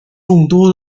众多